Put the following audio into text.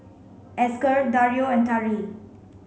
Esker Dario and Tari